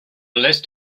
list